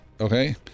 Okay